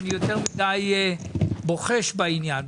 כיוון שאני יותר מידי בוחש בעניין.